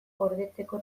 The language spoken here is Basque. gordetzeko